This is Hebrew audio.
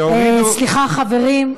שהורידו, סליחה חברים.